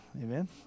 Amen